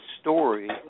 story